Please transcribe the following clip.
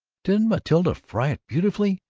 didn't matilda fry it beautifully!